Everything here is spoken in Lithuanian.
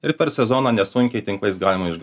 ir per sezoną nesunkiai tinklais galima iš